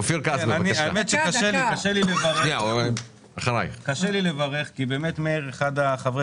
שקשה לי לברך כי באמת מאיר אחד מחברי